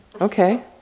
Okay